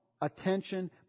attention